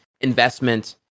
investment